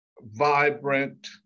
vibrant